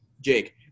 Jake